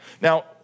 Now